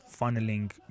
funneling